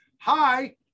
Hi